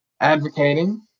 advocating